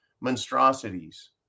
monstrosities